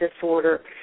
disorder